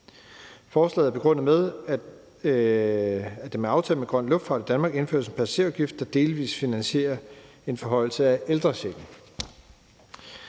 Forslaget er begrundet med, at der med aftalen med »Grøn luftfart i Danmark« indføres en passagerafgift, der delvis finansierer en forhøjelse af ældrechecken.